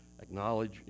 acknowledge